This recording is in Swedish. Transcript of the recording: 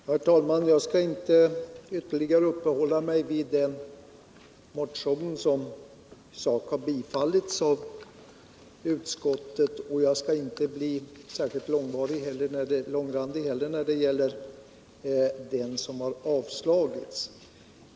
Herr talman! Jag skall inte ytterligare uppehålla mig vid den motion som har tillstyrkts av utskottet, och jag skall inte bli särskilt långrandig heller när det gäller den som har avstyrkts.